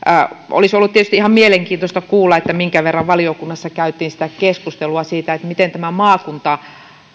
olisi ollut tietysti ihan mielenkiintoista kuulla minkä verran valiokunnassa käytiin keskustelua siitä miten tämä